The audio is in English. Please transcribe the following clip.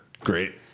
Great